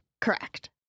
Correct